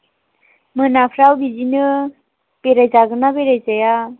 मोनाफ्राव बिदिनो बेराय जागोन ना बेराय जाया